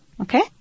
Okay